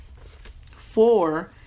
four